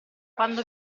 quando